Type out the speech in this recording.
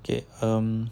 okay um